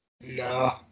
No